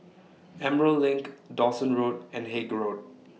Emerald LINK Dawson Road and Haig Road